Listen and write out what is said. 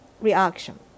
reaction